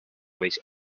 waste